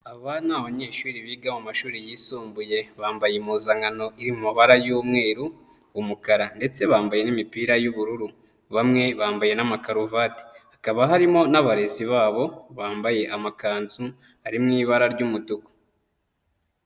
Aba ni abanyeshuri biga mu mashuri yisumbuye, bambaye impuzankano iri mu mabara y'umweru, umukara ndetse bambaye n'imipira y'ubururu, bamwe bambaye n'amakaruvati, hakaba harimo n'abarezi babo, bambaye amakanzu ari mu ibara ry'umutuku.